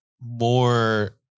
more